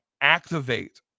activate